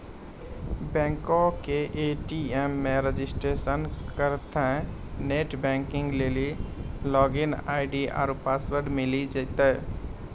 बैंको के ए.टी.एम मे रजिस्ट्रेशन करितेंह नेट बैंकिग लेली लागिन आई.डी आरु पासवर्ड मिली जैतै